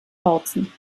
bautzen